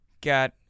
Got